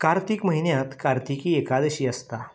कार्तीक म्हयन्यांत कार्तिकी एकादशी आसता